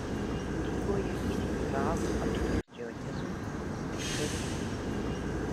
kūryboje įsivyravo abstrakcionizmas eksperimentai